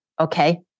Okay